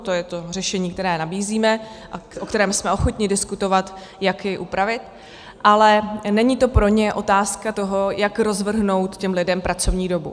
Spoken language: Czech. To je to řešení, které nabízíme a o kterém jsme ochotni diskutovat, jak jej upravit, ale není to pro ně otázka toho, jak rozvrhnout těm lidem pracovní dobu.